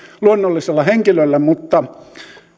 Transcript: luonnollisella henkilöllä mutta